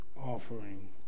offering